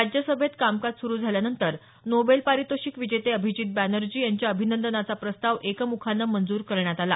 राज्यसभेत कामकाज सुरू झाल्यानंतर नोबेल पारितोषिक विजेते अभिजीत बॅनर्जी यांच्या अभिनंदनाचा प्रस्ताव एकमुखानं मंजूर करण्यात आला